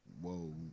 whoa